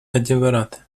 adevărat